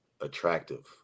attractive